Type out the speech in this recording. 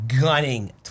gunning